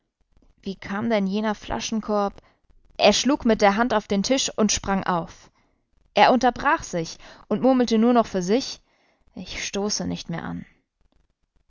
wie kam denn jener flaschenkorb er schlug mit der hand auf den tisch und sprang auf er unterbrach sich und murmelte nur noch für sich ich stoße nicht mehr an